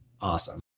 awesome